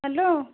hello